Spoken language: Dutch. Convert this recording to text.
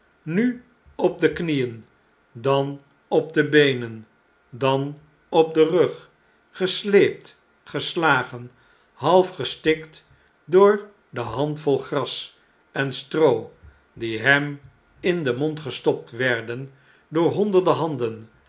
nu op de knieen dan op de beenen dan op den rug gesleept geslagen half gestikt door de handvollen gras en stroo die hem in den mond gestopt werden door honderden handen